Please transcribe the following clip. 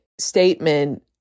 statement